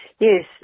Yes